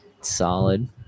Solid